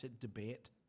debate